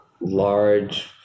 large